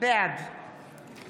בעד